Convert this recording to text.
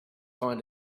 find